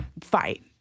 fight